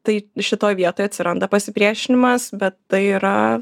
tai šitoj vietoj atsiranda pasipriešinimas bet tai yra